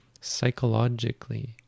psychologically